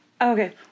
Okay